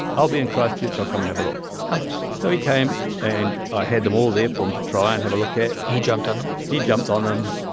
i'll be in christchurch. i'll come and have a look. but so he came, and i had them all there for him to try and have a look at he jumped on them? he jumped on them.